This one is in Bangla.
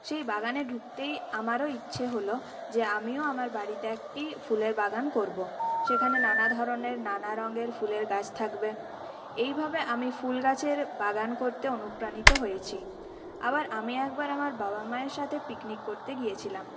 সেই বাগানে ঢুকতেই আমারও ইচ্ছে হল যে আমিও আমার বাড়িতে একটি ফুলের বাগান করব সেখানে নানা ধরনের নানা রঙের ফুলের গাছ থাকবে এইভাবে আমি ফুল গাছের বাগান করতে অনুপ্রাণিত হয়েছি আবার আমি একবার আমার বাবা মায়ের সাথে পিকনিক করতে গিয়েছিলাম